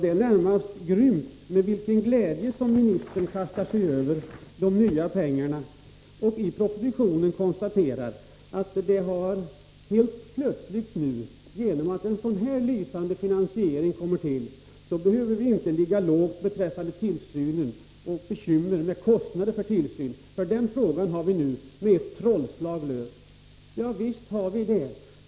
Det är närmast grymt med vilken glädje ministern kastar sig över de nya pengarna och i propositionen konstaterar att med en så här lysande finansiering behöver vi helt plötsligt inte ligga lågt beträffande tillsynen och ha några bekymmer för kostnaderna för dem — den frågan har vi som genom ett trollslag löst. Ja, visst har vi det.